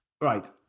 Right